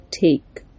take